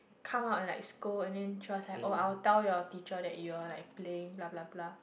come out and like scold and then just like I will tell your teacher that you're like playing blah blah blah